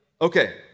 Okay